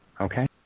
Okay